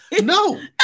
No